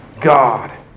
God